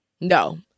no